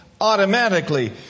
automatically